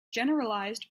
generalised